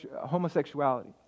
homosexuality